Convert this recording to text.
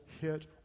hit